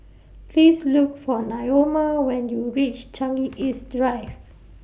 Please Look For Naoma when YOU REACH Changi East Drive